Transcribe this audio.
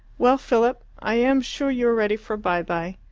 well, philip, i am sure you are ready for by-bye.